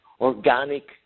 organic